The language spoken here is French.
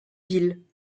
ville